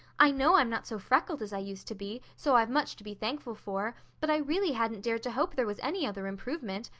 i know i'm not so freckled as i used to be, so i've much to be thankful for, but i really hadn't dared to hope there was any other improvement.